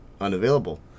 unavailable